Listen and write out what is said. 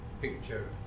picture